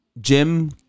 Jim